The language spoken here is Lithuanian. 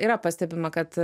yra pastebima kad